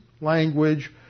language